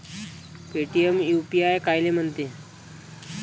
Paytm UPI कायले म्हनते?